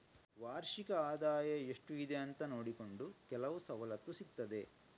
ವಾರ್ಷಿಕ ಆದಾಯ ಎಷ್ಟು ಇದೆ ಅಂತ ನೋಡಿಕೊಂಡು ಕೆಲವು ಸವಲತ್ತು ಸಿಗ್ತದೆ